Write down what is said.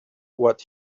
what